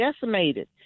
decimated